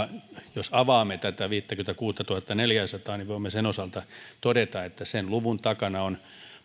jos avaamme tätä viittäkymmentäkuuttatuhattaneljääsataa niin voimme sen osalta todeta että sen luvun takana on